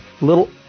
Little